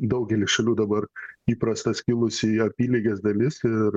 daugely šalių dabar įprasta skilusi į apylyges dalis ir